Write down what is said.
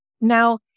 Now